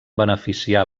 beneficiar